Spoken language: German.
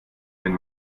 wenn